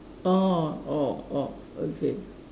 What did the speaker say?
orh orh orh okay